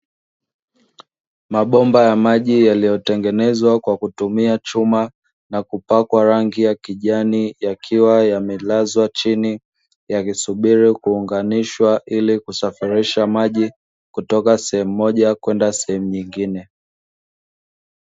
Mabomba ya maji yaliyotengenezwa kwa kutumia chuma na kupakwa rangi ya kijani, yakiwa yamelazwa chini yakisubiri kuunganishwa ili kusafirisha maji kutoka sehemu moja kwenda sehemu nyingine.